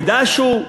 ודשו,